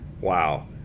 wow